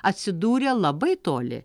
atsidūrė labai toli